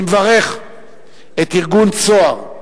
אני מברך את ארגון "צהר",